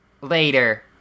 later